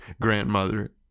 grandmother